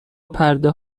پرده